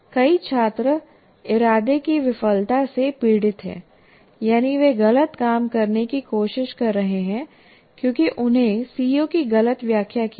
कई छात्र इरादे की विफलता से पीड़ित हैं यानी वे गलत काम करने की कोशिश कर रहे हैं क्योंकि उन्होंने सीओ की गलत व्याख्या की है